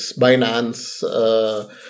Binance